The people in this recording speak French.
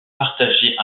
partagé